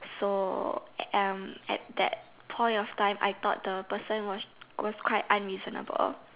so and at that point of time I thought the person was going quite unreasonable